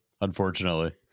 Unfortunately